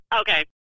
Okay